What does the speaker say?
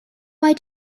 why